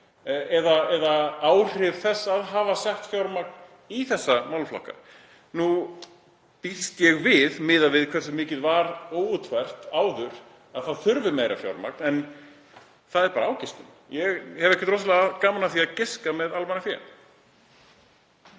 hver áhrif þess eru að hafa sett fjármagn í þessa málaflokka. Nú býst ég við, miðað við hversu mikið var óútfært áður, að það þurfi meira fjármagn, en það er bara ágiskun. Ég hef ekkert rosalega gaman af því að giska þegar kemur